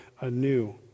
anew